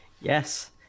yes